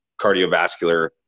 cardiovascular